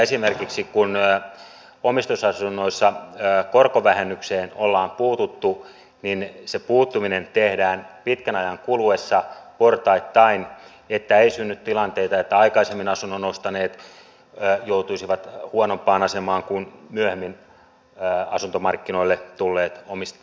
esimerkiksi kun omistusasunnoissa korkovähennykseen ollaan puututtu niin se puuttuminen tehdään pitkän ajan kuluessa portaittain että ei synny tilanteita että aikaisemmin asunnon ostaneet joutuisivat huonompaan asemaan kuin myöhemmin asuntomarkkinoille tulleet omistusasunnon hankkijat